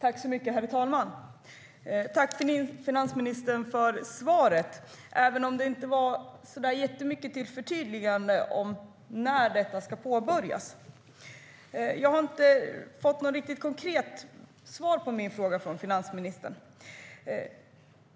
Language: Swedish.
Herr talman! Jag tackar finansministern för svaret, även om det inte var så jättemycket till förtydligande om när detta ska påbörjas. Jag har inte fått något riktigt konkret svar från finansministern på min fråga.